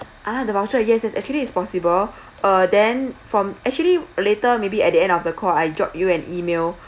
ah the voucher yes yes actually it's possible uh then from actually later maybe at the end of the call I drop you an email